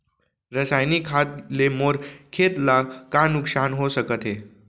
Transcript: रसायनिक खाद ले मोर खेत ला का नुकसान हो सकत हे?